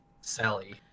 Sally